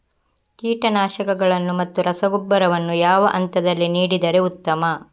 ಕೀಟನಾಶಕಗಳನ್ನು ಮತ್ತು ರಸಗೊಬ್ಬರವನ್ನು ಯಾವ ಹಂತದಲ್ಲಿ ನೀಡಿದರೆ ಉತ್ತಮ?